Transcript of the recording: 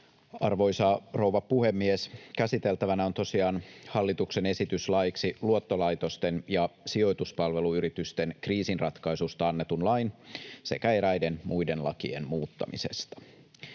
Arvoisa rouva puhemies! Käsiteltävänä on tosiaan hallituksen esitys laeiksi luottolaitosten ja sijoituspalveluyritysten kriisinratkaisusta annetun lain sekä eräiden muiden lakien muuttamisesta.